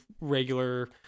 regular